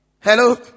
Hello